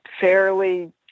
fairly